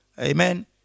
Amen